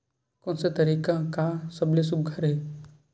कोन से तरीका का सबले सुघ्घर हे?